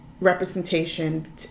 representation